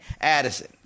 Addison